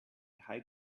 high